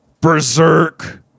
Berserk